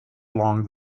along